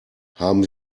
haben